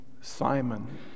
Simon